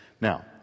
Now